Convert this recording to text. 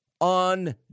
on